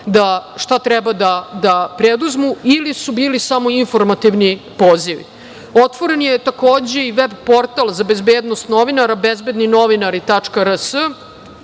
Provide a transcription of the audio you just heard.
šta treba da preduzmu ili su bili samo informativni pozivi. Otvoren je, takođe, i veb portal za bezbednost novinara, bezbedninovinari.rs.